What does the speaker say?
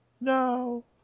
No